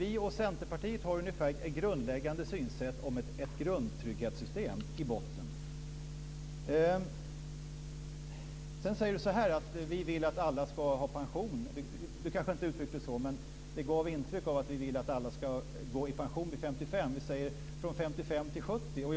Vi och Centerpartiet har ungefär samma synsätt om ett grundtrygghetssystem i botten. Sedan gav Lennart Klockare intryck av att vi vill att alla ska gå i pension vid 55 år. Vi säger att det ska vara från 55 år till 70 år.